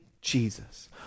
jesus